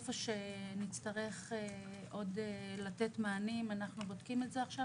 אנחנו עוד בודקים את זה עכשיו,